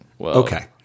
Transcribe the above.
Okay